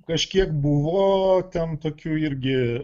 kažkiek buvo ten tokių irgi